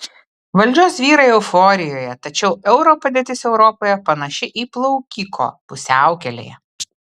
valdžios vyrai euforijoje tačiau euro padėtis europoje panaši į plaukiko pusiaukelėje